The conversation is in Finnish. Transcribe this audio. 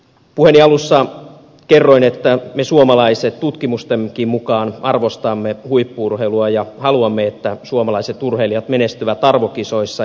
puheeni alussa kerroin että me suomalaiset tutkimustenkin mukaan arvostamme huippu urheilua ja haluamme että suomalaiset urheilijat menestyvät arvokisoissa